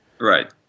Right